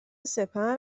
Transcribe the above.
سپر